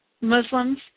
Muslims